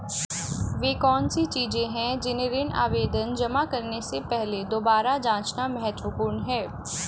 वे कौन सी चीजें हैं जिन्हें ऋण आवेदन जमा करने से पहले दोबारा जांचना महत्वपूर्ण है?